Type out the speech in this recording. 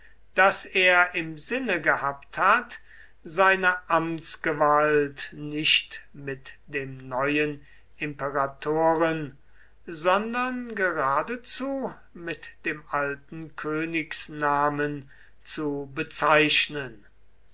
daß er im sinne gehabt hat seine amtsgewalt nicht mit dem neuen imperatoren sondern geradezu mit dem alten königsnamen zu bezeichnen